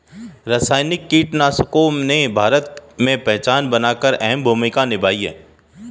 रासायनिक कीटनाशकों ने भारत में पहचान बनाकर अहम भूमिका निभाई है